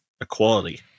Equality